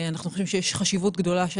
ואנחנו חושבים שיש חשיבות גדולה לכך